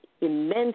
immense